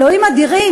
אלוהים אדירים,